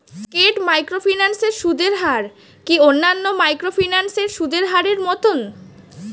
স্কেট microfinance এর সুদের হার কি অন্যান্য মাইক্রোফিন্যান্স এর সুদের হারের মতন?